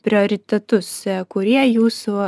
prioritetus kurie jūsų